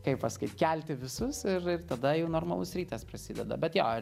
kaip pasakyt kelti visus ir ir tada jau normalus rytas prasideda bet jo